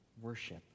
worship